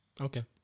Okay